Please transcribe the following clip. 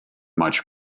much